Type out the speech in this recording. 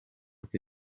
che